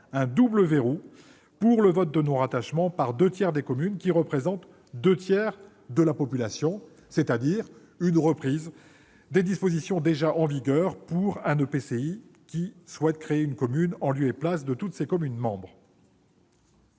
un double verrou pour le vote du non-rattachement par deux tiers des communes représentant deux tiers de la population, ce qui est une reprise des dispositions déjà en vigueur pour un EPCI souhaitant créer une commune en lieu et place de toutes ses communes membres.